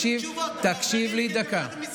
שנייה, דקה,